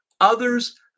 others